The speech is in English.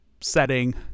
setting